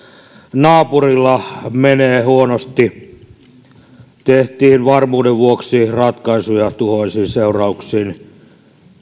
naapurilla menee huonosti tehtiin varmuuden vuoksi ratkaisuja tuhoisin seurauksin